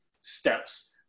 steps